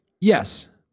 Yes